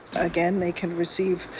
again, they can receive